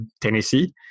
Tennessee